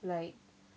like